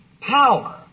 power